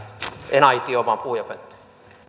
en aitioon vaan puhujapönttöön